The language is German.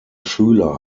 schüler